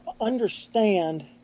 understand